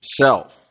self